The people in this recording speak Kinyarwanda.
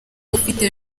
ufite